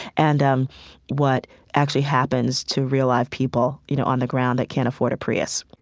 and um what actually happens to real-life people, you know, on the ground, that can't afford a prius